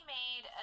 made